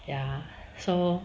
ya so